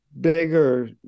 bigger